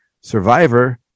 survivor